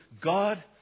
God